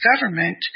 government